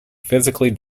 physically